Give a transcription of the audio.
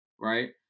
Right